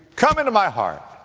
come into my heart